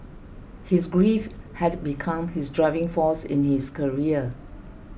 his grief had become his driving force in his career